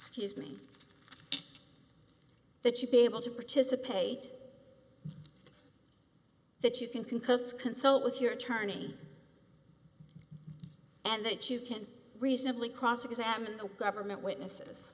scuse me that you be able to participate that you can cause consult with your attorney and that you can reasonably cross examine the government witnesses